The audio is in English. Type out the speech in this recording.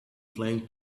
flying